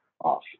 off